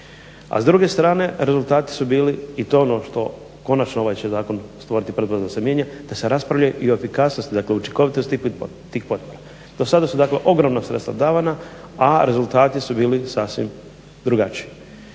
A s druge strane rezultati su bili i to je ono što konačno ovaj će zakon stvoriti pretpostavke da se mijenja da se raspravlja i o efikasnosti dakle o učinkovitosti tih potpora. Do sada su ogromna sredstva davana a rezultati su bili sasvim drugačiji.